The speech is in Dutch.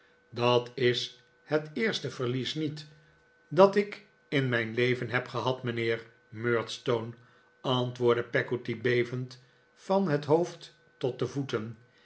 dat is het eerste verlies hiet dat ik in mijn leven heb gehad mijnheer murdstone antwoordde peggotty bevend van het hoofd tot de voeten